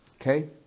Okay